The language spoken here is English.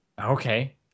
okay